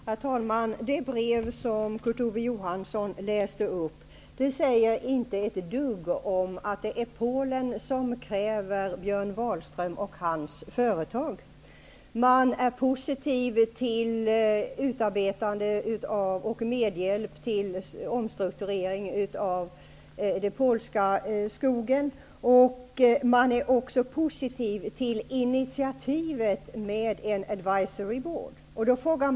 Herr talman! Det framgår inte ett dugg av det brev Kurt Ove Johansson har läst upp att det är Polen som kräver att Björn Wahlström och hans företag skall anlitas. Man är positiv till utarbetande av och medhjälp till en omstrukturering av den polska skogsindustrin. Man är också positiv till initiativet med en s.k. advisory board.